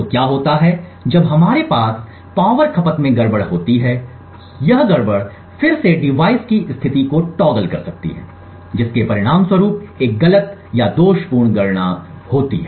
तो क्या होता है जब हमारे पास बिजली की खपत में गड़बड़ होती है यह गड़बड़ फिर से डिवाइस की स्थिति को टॉगल कर सकती है जिसके परिणामस्वरूप एक गलत या दोषपूर्ण गणना होती है